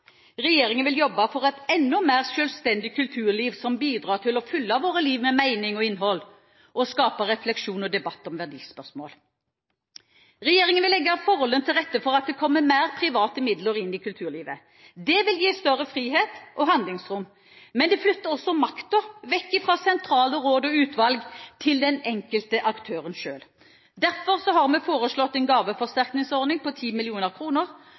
Regjeringen vil jobbe for et enda mer selvstendig kulturliv, som bidrar til å fylle våre liv med mening og innhold, og som skaper refleksjon og debatt om verdispørsmål. Regjeringen vil legge forholdene til rette for at det kommer mer private midler inn i kulturlivet. Det vil gi større frihet og handlingsrom. Men det flytter også makten vekk fra sentrale råd og utvalg til den enkelte aktøren selv. Derfor har vi foreslått en gaveforsterkningsordning på